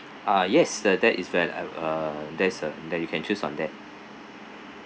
ah yes the that is uh a there is a that you can choose on that